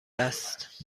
است